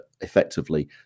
effectively